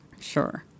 Sure